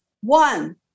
one